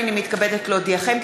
הנני מתכבדת להודיעכם,